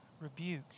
rebuke